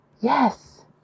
Yes